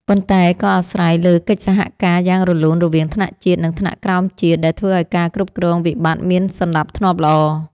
ប៉ុន្តែក៏អាស្រ័យលើកិច្ចសហការយ៉ាងរលូនរវាងថ្នាក់ជាតិ និងថ្នាក់ក្រោមជាតិ ដែលធ្វើឱ្យការគ្រប់គ្រងវិបត្តិមានសណ្ដាប់ធ្នាប់ល្អ។